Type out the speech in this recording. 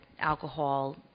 alcohol